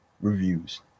reviews